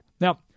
now